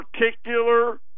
particular